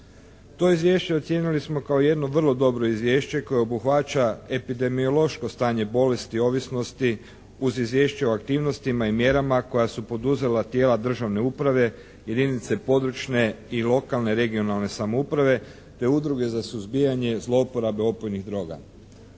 To izvješće ocijenili smo kao jedno vrlo dobro izvješće koje obuhvaća epidemiološko stanje bolesti ovisnosti uz izvješće o aktivnostima i mjerama koja su poduzela tijela državne uprave, jedinice područne i lokalne (regionalne) samouprave, te udruge za suzbijan je zlouporabe opojnih droga.